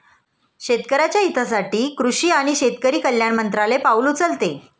शेतकऱ्याच्या हितासाठी कृषी आणि शेतकरी कल्याण मंत्रालय पाउल उचलते